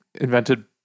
invented